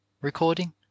Recording